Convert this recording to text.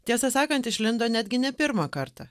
tiesą sakant išlindo netgi ne pirmą kartą